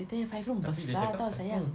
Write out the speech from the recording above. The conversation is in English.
kita nya five room besar [tau] sayang